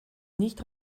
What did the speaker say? nicht